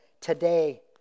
Today